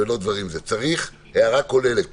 צריך הערה כוללת.